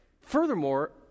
furthermore